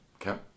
Okay